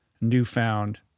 newfound